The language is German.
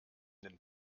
den